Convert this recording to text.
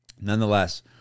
Nonetheless